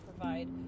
provide